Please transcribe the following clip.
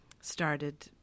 started